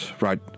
Right